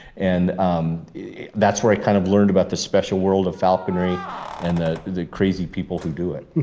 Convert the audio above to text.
and um that's where i kind of learned about the special world of falconry and the the crazy people who do it.